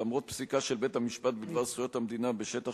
למרות פסיקה של בית-המשפט בדבר זכויות המדינה בשטח